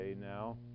now